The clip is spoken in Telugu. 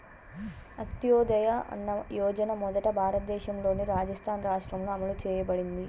అంత్యోదయ అన్న యోజన మొదట భారతదేశంలోని రాజస్థాన్ రాష్ట్రంలో అమలు చేయబడింది